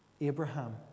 Abraham